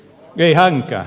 ei hänkään